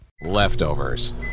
Leftovers